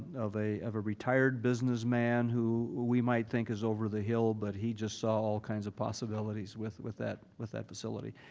of a of a retired businessman who we might think is over the hill, but he just saw all kinds of possibilities with with that with that facility.